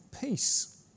peace